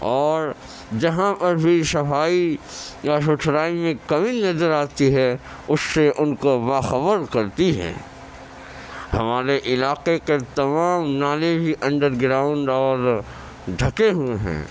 اور جہاں پر بھی صفائی یا ستھرائی میں کمی نظر آتی ہے اس سے ان کو باخبر کرتی ہے ہمارے علاقے کے تمام نالے بھی انڈر گراؤنڈ اور ڈھکے ہوئے ہیں